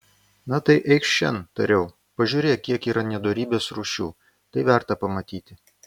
na tai eikš šen tariau pažiūrėk kiek yra nedorybės rūšių tai verta pamatyti